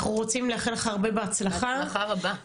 אנחנו רוצים לאחל לך הרבה בהצלחה ושהוועדה